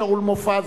שאול מופז,